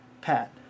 Pat